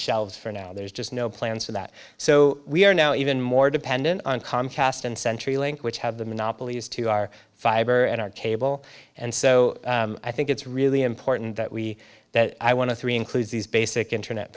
shelves for now there's just no plans for that so we are now even more dependent on comcast and century link which have the monopolies to our fiber and our cable and so i think it's really important that we that i want to three includes these basic internet